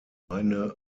eine